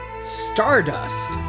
Stardust